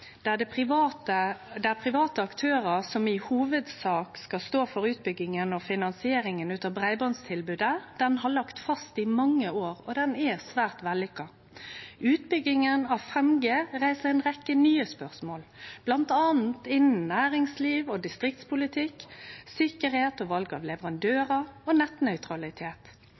der det i hovudsak er private aktørar som skal stå for utbygginga og finansieringa av breibandstilbodet, har lege fast i mange år og er svært vellykka. Utbygginga av 5G reiser ei rekkje nye spørsmål, bl.a. innan næringsliv og distriktspolitikk, sikkerheit og val av leverandørar og nettnøytralitet.